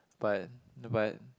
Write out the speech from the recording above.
but but